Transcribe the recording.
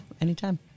anytime